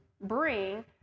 bring